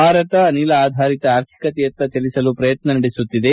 ಭಾರತ ಅನಿಲ ಆಧಾರಿತ ಆರ್ಥಿಕತೆಯತ್ತ ಚಲಿಸಲು ಪ್ರಯತ್ನ ನಡೆಸುತ್ತಿದೆ